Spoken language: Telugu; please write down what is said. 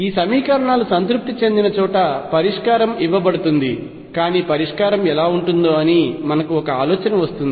ఈ సమీకరణాలు సంతృప్తి చెందిన చోట పరిష్కారం ఇవ్వబడుతుంది కానీ పరిష్కారం ఎలా ఉంటుందో అని మనకు ఒక ఆలోచన వస్తుంది